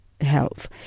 Health